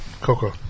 Coco